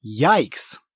Yikes